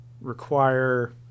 require